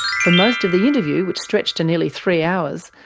for most of the interview, which stretched to nearly three hours,